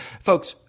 folks